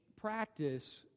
practice